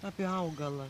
apie augalą